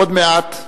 עוד מעט,